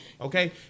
Okay